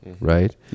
Right